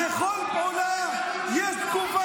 לכל פעולה יש תגובה.